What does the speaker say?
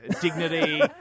Dignity